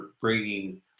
bringing